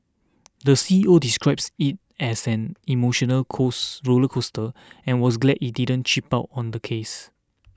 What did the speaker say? the C E O describes it as an emotional cause roller coaster and was glad he didn't cheap out on the case